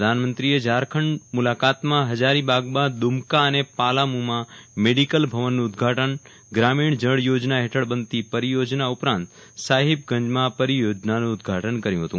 પ્રધાનમંત્રીએ ઝારખંડ મુલાકતામાં હજારી બાગમાં ધુમ્મસ અને પલાગોમાં મેડીકલ ભવનનું ઉધઘાટન ગ્રામીણ જળ યોજના હેઠળ બનતી પરિયોજના ઉપરાંત અને સાહેબગંજમાં પરિયોજનાનું ઉદઘાટન કર્યુ હતું